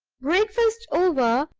breakfast over,